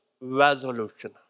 resolution